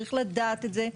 צריך לדעת את זה.